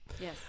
Yes